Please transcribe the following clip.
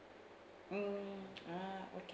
mm ah okay